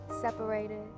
separated